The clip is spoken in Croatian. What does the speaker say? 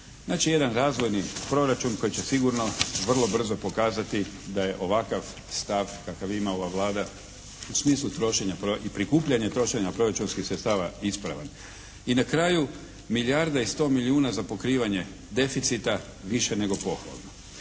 Znači, jedan razvojni proračun koji će sigurno vrlo brzo pokazati da je ovakav stav kakav ima ova Vlada u smislu trošenja, i prikupljanja i trošenja proračunskih sredstava ispravan. I na kraju, milijarda i 100 milijuna za pokrivanje deficita više nego pohvalno.